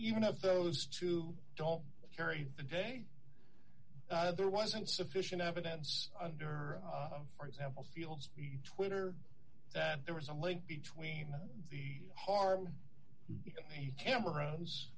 even if those two don't carry the day there wasn't sufficient evidence under for example fields twitter that there was a link between the harm camer